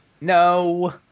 No